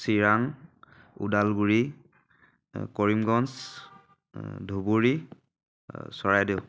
Chirang Udalguri Karimganj Dhubri Charaideo